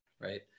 right